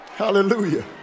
hallelujah